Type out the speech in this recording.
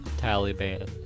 Taliban